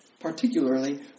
particularly